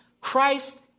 Christ